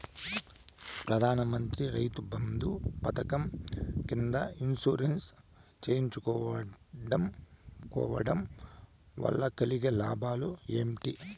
ప్రధాన మంత్రి రైతు బంధు పథకం కింద ఇన్సూరెన్సు చేయించుకోవడం కోవడం వల్ల కలిగే లాభాలు ఏంటి?